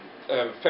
February